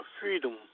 freedom